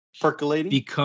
Percolating